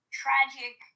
tragic